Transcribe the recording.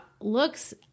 looks